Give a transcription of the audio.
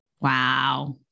Wow